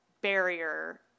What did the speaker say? barrier